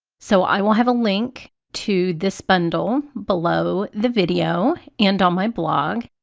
so i will have a link to this bundle below the video and on my blog.